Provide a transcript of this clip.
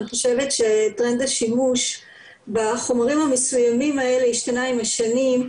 אני חושבת שטרנד השימוש בחומרים המסוימים האלה השתנה עם השנים.